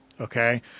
okay